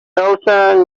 elsa